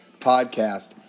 Podcast